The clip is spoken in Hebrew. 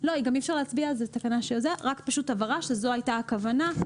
זאת רק הבהרה שזאת הייתה הכוונה.